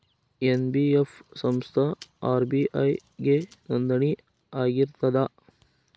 NBF ಸಂಸ್ಥಾ RBI ಗೆ ನೋಂದಣಿ ಆಗಿರ್ತದಾ?